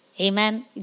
Amen